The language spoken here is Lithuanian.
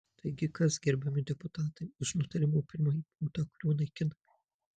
taigi kas gerbiami deputatai už nutarimo pirmąjį punktą kuriuo naikinami